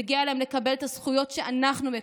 מגיע להם לקבל את הזכויות שאנחנו מקבלים.